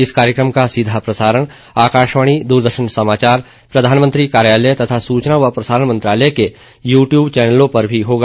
इस कार्यक्रम का सीधा प्रसारण आकाशवाणी दूरदर्शन समाचार प्रधानमंत्री कार्यालय तथा सूचना व प्रसारण मंत्रालय के यू टयूब चैनलों पर भी होगा